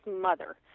mother